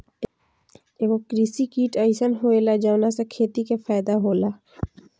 एगो कृषि किट अइसन होएला जवना से खेती के फायदा होला